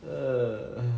ah